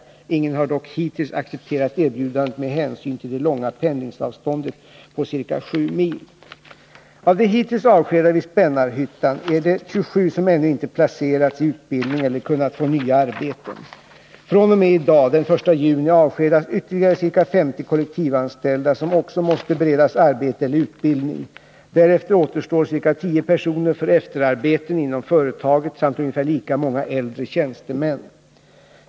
Ingen har dock hittills accepterat erbjudandet med hänsyn till det långa pendlingsavståndet på ca 7 mil. Av de hittills avskedade vid Spännarhyttan är det 27 som ännu inte placerats i utbildning eller kunnat få nya arbeten. fr.o.m. i dag, den 1 juni, avskedas ytterligare ca 50 kollektivanställda, som också måste beredas arbete eller utbildning. Därefter återstår ca 10 personer för efterarbeten inom företaget samt ungefär lika många äldre tjänstemän.